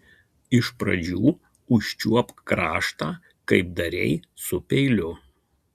iš pradžių užčiuopk kraštą kaip darei su peiliu